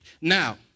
Now